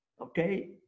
okay